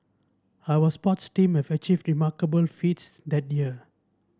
our sports team have achieved remarkable feats that year